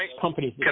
companies –